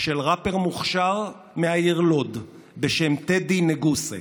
של ראפר מוכשר מהעיר לוד בשם טדי נגוסה,